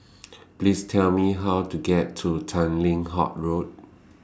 Please Tell Me How to get to Tanglin Halt Road